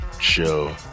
show